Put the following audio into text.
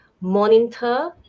monitor